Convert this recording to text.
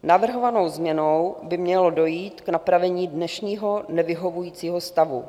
Navrhovanou změnou by mělo dojít k napravení dnešního nevyhovujícího stavu.